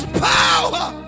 power